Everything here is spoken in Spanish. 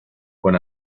con